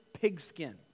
pigskin